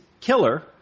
killer